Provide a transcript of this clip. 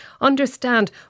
Understand